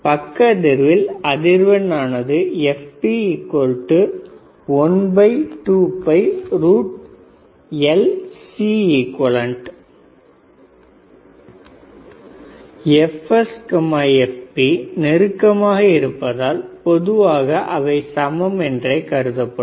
பக்க அதிர்வில் அதிர்வெண் ஆனது fp12LCeq fs fp நெருக்கமாக இருப்பதால் பொதுவாக அவை சமம் என்றே கருதப்படும்